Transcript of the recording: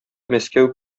мәскәү